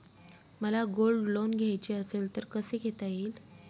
मला gold loan घ्यायचे असेल तर कसे घेता येईल?